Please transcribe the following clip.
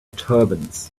turbans